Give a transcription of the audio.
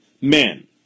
men